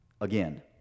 again